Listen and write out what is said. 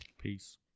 Peace